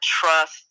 trust